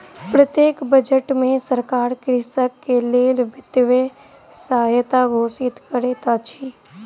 प्रत्येक बजट में सरकार कृषक के लेल वित्तीय सहायता घोषित करैत अछि